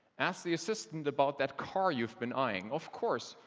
ask the assistant about that car you've been eyeing. of course,